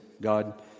God